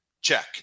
Check